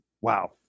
wow